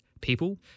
people